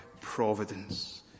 Providence